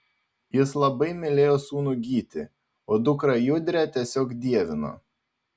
jis labai mylėjo sūnų gytį o dukrą judrę tiesiog dievino